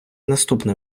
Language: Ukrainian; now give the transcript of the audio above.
наступне